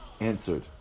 answered